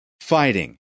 fighting